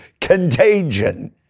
contagion